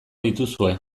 dituzue